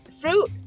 fruit